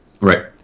Right